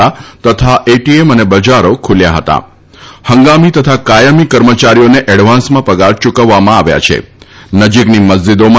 હતા તથા એટીએમ અને બજારો ખૂલ્યા હતા હંગામી તથા કાથમી કર્મયારીઓને એડવાન્સમાં પગાર યૂકવવામાં આવ્યા છેનજીકની મસ્જીદોમાં